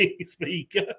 speaker